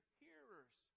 hearers